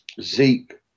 Zeke